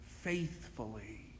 faithfully